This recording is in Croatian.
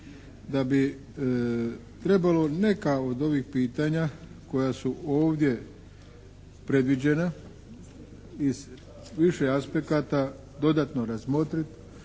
da bi trebalo neka od ovih pitanja koja su ovdje predviđena iz više aspekata dodatno razmotrit,